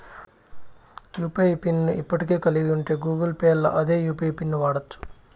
UPI pin ని ఇప్పటికే కలిగుంటే గూగుల్ పేల్ల అదే యూ.పి.ఐ పిన్ను వాడచ్చు